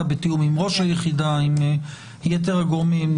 בתיאום עם ראש היחידה ובתיאום עם יתר הגורמים.